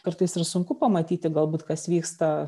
kartais ir sunku pamatyti galbūt kas vyksta